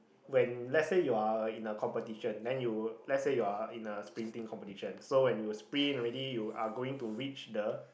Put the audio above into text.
when let's say you're in a competition then you let's say you're in a sprinting competition so when you sprint already you are going to reach the